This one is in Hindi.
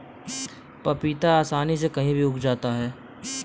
पपीता आसानी से कहीं भी उगाया जा सकता है